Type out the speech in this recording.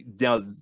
Now